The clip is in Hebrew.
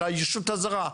של הישות הזרה,